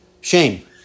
shame